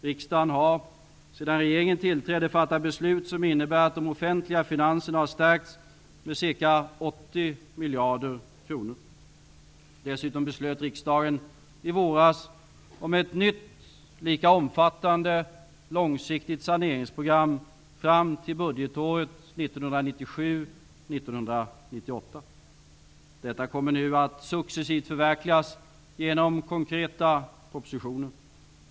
Riksdagen har sedan regeringen tillträdde fattat beslut som innebär att de offentliga finanserna har stärkts med ca 80 miljarder kronor. Dessutom beslöt riksdagen i våras om ett nytt lika omfattande långsiktigt saneringsprogram fram till budgetåret Detta kommer nu successivt att förverkligas genom konkreta propositioner.